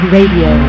Radio